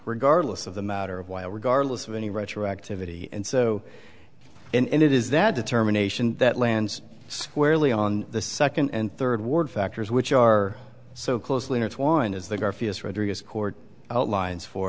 regardless of the matter of why regardless of any retroactivity and so and it is that determination that lands squarely on the second and third ward factors which are so closely intertwined as the garfield's rodriguez court outlines for